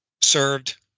served